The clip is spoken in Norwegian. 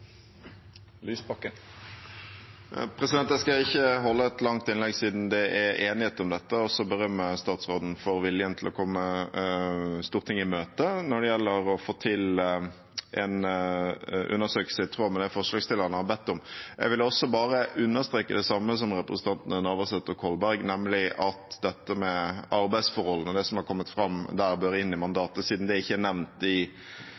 Jeg skal ikke holde et langt innlegg, siden det er enighet om dette, og også jeg vil berømme statsråden for viljen til å komme Stortinget i møte når det gjelder å få til en undersøkelse i tråd med det forslagsstillerne har bedt om. Jeg vil bare understreke det samme som representantene Navarsete og Kolberg gjorde, nemlig at det som har kommet fram om arbeidsforholdene, bør inn i mandatet. Siden det ikke er nevnt i